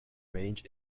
range